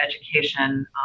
education